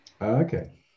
Okay